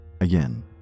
Again